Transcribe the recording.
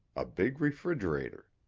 a big refrigerator.